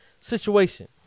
situation